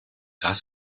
has